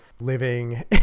living